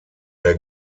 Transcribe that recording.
der